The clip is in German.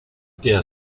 der